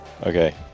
Okay